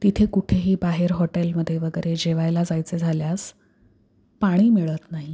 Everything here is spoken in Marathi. तिथे कुठेही बाहेर हॉटेलमध्ये वगैरे जेवायला जायचं झाल्यास पाणी मिळत नाही